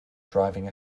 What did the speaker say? driving